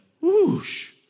whoosh